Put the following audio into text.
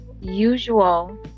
usual